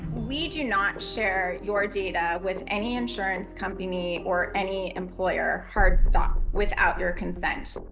we do not share your data with any insurance company or any employer, hard stop, without your consent.